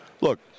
look